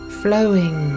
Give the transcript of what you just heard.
flowing